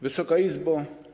Wysoka Izbo!